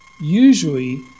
usually